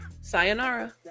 sayonara